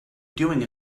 doing